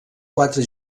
quatre